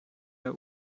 der